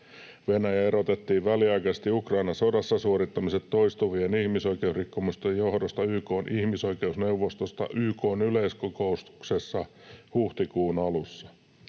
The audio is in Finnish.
Venäjä erotettiin väliaikaisesti Ukrainan sodassa suorittamiensa toistuvien ihmisoikeusrikkomusten johdosta YK:n ihmisoikeusneuvostosta YK:n yleiskokouksessa huhtikuun alussa.